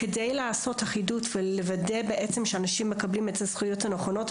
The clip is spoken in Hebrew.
כדי לעשות אחידות ולוודא שאנשים מקבלים את הזכויות הנכונות,